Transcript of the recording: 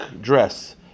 dress